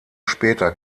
später